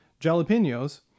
jalapenos